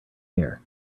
here